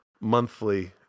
monthly